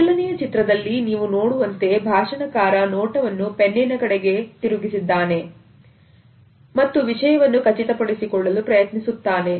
ಮೊದಲನೆಯ ಚಿತ್ರದಲ್ಲಿ ನೀವು ನೋಡುವಂತೆ ಭಾಷಣಕಾರ ನೋಟವನ್ನು ಪೆನ್ನಿನ ಕಡೆಗೆ ತಿರುಗಿಸಲಾಗಿದೆ ಎಂದು ಖಚಿತಪಡಿಸಿಕೊಳ್ಳಲು ಪ್ರಯತ್ನಿಸುತ್ತಾನೆ